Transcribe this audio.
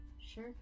Sure